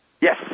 Yes